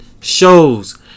shows